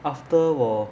after 我